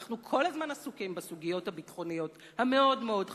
כי אנחנו כל הזמן עסוקים בסוגיות הביטחוניות המאוד-מאוד חשובות,